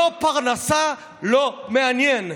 לא פרנסה, לא מעניין.